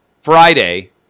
Friday